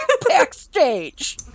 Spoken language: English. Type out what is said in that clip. Backstage